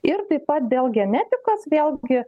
ir taip pat dėl genetikos vėlgi